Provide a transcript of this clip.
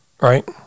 right